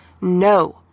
no